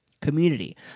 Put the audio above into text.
community